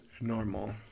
normal